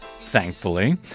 thankfully